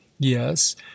Yes